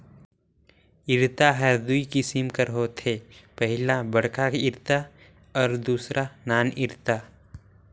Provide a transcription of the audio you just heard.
इरता हर दूई किसिम कर होथे पहिला बड़खा इरता अउ दूसर नान इरता